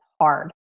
hard